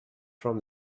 from